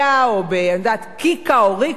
ב "קיקה", או "ריקה", או משהו כזה,